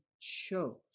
chose